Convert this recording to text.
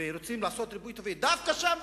ורוצים לעשות ריבוי טבעי דווקא שם?